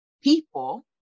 people